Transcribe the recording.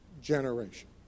generation